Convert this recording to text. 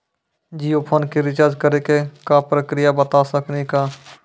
Jio phone के recharge करे के का प्रक्रिया बता साकिनी का?